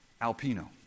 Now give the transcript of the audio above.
Alpino